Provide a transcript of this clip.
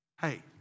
Hey